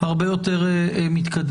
הרבה יותר מתקדמים.